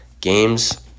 games